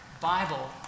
Bible